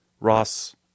Ross